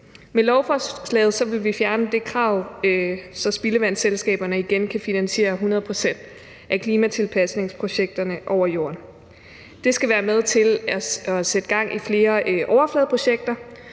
Med lovforslaget vil vi fjerne det krav, så spildevandsselskaberne igen kan finansiere 100 pct. af klimatilpasningsprojekterne over jorden. Det skal være med til at sætte gang i flere overfladeprojekter